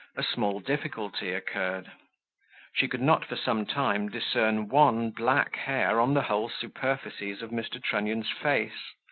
a small difficulty occurred she could not for some time discern one black hair on the whole superficies of mr. trunnion's face,